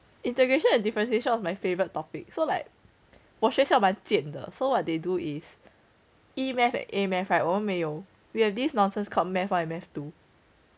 integration and differentiation was my favorite topic so like 我学校蛮贱的 so what they do is E math and A math right 我们没有 we have this nonsense call matH one and math two